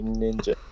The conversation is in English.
ninja